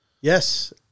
Yes